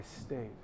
state